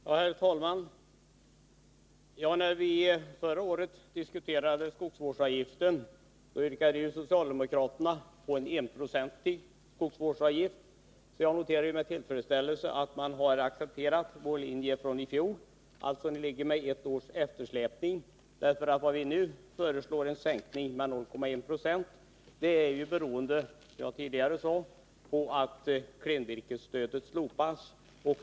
Herr talman! När vi förra året diskuterade den här frågan yrkade socialdemokraterna på en enprocentig skogsvårdsavgift. Jag noterar med tillfredsställelse att man nu har accepterat vår linje från i fjol om än med ett års eftersläpning. Att vi nu föreslår en sänkning av skogsvårdsavgiften med 0,1 20 beror, som jag tidigare sade, på att klenvirkesstödet slopas.